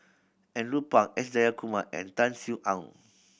Andrew Phang S Jayakumar and Tan Sin Aun